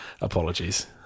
apologies